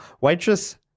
Waitress